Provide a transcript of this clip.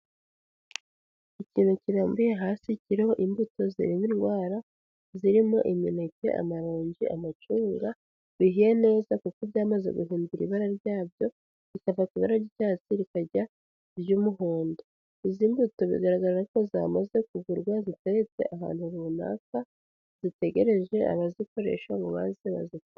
Ikintu kirambuye hasi kiriho imbuto zirinda indwara, zirimo imineke, amaronji, amacunga bihiye neza kuko byamaze guhindura ibara ryabyo, rikava ku ibara ry'icyatsi rikajya ku ry'umuhondo, izi mbuto bigaragara ko zamaze kugurwa ziteretse ahantu runaka, zitegereje abazikoresha ngo baze bazi.